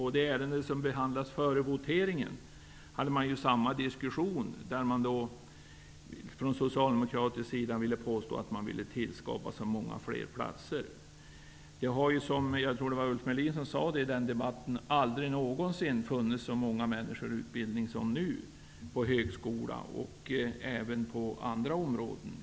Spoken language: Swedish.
I det ärende som behandlades före voteringen hade man samma diskussion. Från socialdemokratisk sida påstods det att man ville skapa så många fler platser. Jag tror att det var Ulf Melin som i den debatten sade att det aldrig någonsin funnits så många människor i utbildning som nu på högskola och på andra områden.